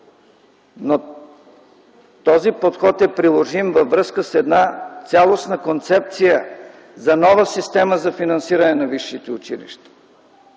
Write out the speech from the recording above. но този подход е приложим във връзка с една цялостна концепция за нова система за финансиране на висшите училища,